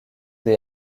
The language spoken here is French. des